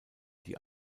die